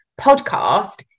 podcast